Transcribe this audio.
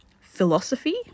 philosophy